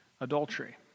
adultery